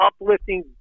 uplifting